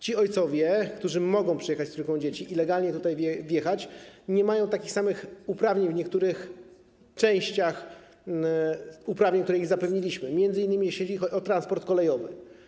Ci ojcowie, którzy mogą przyjechać z trójką dzieci, i legalnie tutaj wjechać, nie mają takich samych uprawnień w niektórych częściach, uprawnień, które zapewniliśmy, m.in. jeśli chodzi o transport kolejowy.